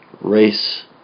race